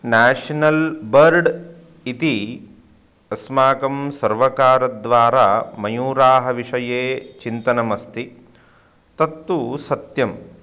national bird इति अस्माकं सर्वकारद्वारा मयूराः विषये चिन्तनम् अस्ति तत्तु सत्यं